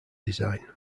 design